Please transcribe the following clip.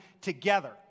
together